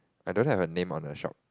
I don't know a name on the shop